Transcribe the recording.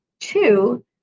Two